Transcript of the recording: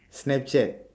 Snapchat